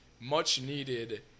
much-needed